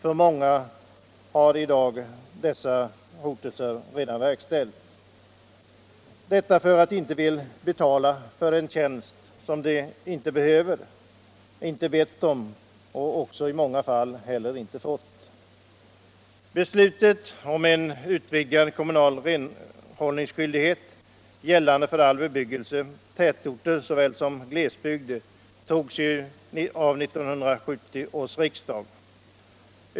Mot många har dessa hotelser redan verkstiällts, detta för att de inte vill betala för en tjänst som de inte behöver, inte bett om och i många fall inte heller fått utförd. års riksdag.